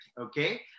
Okay